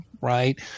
right